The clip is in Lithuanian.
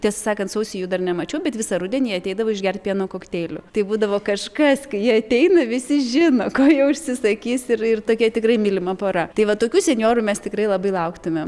tiesa sakant sausį jų dar nemačiau bet visą rudenį jie ateidavo išgert pieno kokteilių tai būdavo kažkas kai jie ateina visi žino ko jie užsisakys ir ir tokia tikrai mylima pora tai va tokių senjorų mes tikrai labai lauktumėm